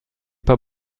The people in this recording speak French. pas